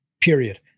period